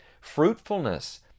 fruitfulness